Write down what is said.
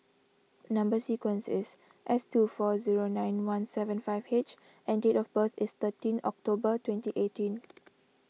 Number Sequence is S two four zero nine one seven five H and date of birth is thirteen October twenty eighteen